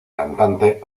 cantante